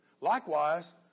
Likewise